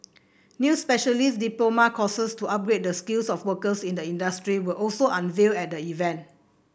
new specialist diploma courses to upgrade the skills of workers in the industry were also unveiled at the event